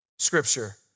scripture